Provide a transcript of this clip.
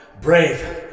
brave